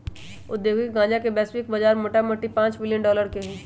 औद्योगिक गन्जा के वैश्विक बजार मोटामोटी पांच बिलियन डॉलर के हइ